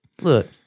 Look